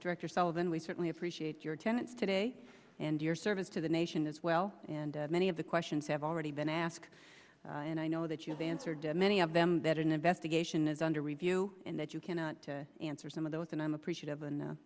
director sullivan we certainly appreciate your attendance today and your service to the nation as well and many of the questions have already been asked and i know that you've answered many of them that an investigation is under review and that you can answer some of those and i'm appreciative and